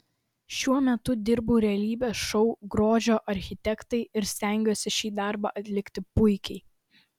šiuo metu dirbu realybės šou grožio architektai ir stengiuosi šį darbą atlikti puikiai